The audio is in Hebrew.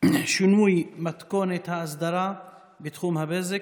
(שינוי מתכונת האסדרה בתחום הבזק),